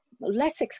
less